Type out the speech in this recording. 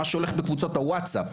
מה שקורה בקבוצות הווטסאפ.